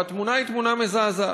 והתמונה היא תמונה מזעזעת: